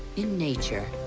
in nature,